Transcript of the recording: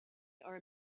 are